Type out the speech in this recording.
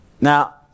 Now